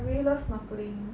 I really love snorkeling